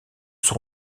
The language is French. sont